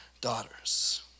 daughters